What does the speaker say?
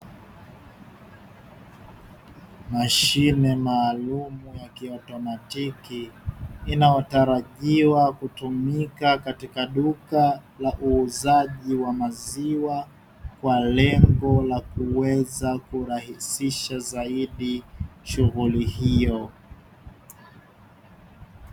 Mashine maalumu ya kiautomatiki inayotarajiwa kutumika katika duka la uuzaji wa maziwa kwa lengo la kuweza kurahisisha zaidi shughuli hiyo.